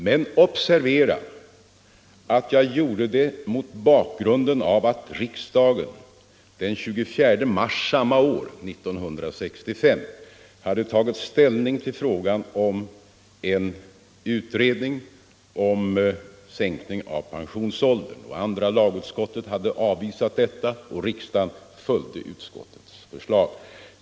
Men observera att jag gjorde det mot bakgrunden av att riksdagen den 24 mars 1965 hade tagit ställning till frågan om en utredning om sänkning av pensionsåldern. Andra lagutskottet hade avvisat förslaget och riksdagen följde utskottet.